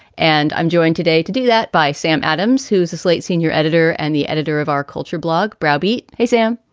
and i'm joined today to do that by sam adams, who is a slate senior editor and the editor of our culture blog browbeat. hey, sam.